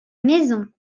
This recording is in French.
maison